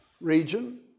region